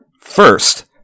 First